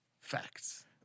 facts